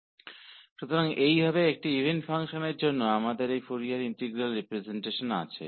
तो इस प्रकार एक इवन फ़ंक्शन के लिए हमारे पास यह फोरियर इंटीग्रल रिप्रजेंटेशन है